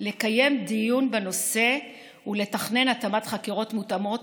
לקיים דיון בנושא ולתכנן התאמת חקירות מותאמות